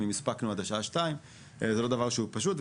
אם הספקנו עד השעה 14:00. זה לא דבר שהוא פשוט,